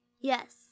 Yes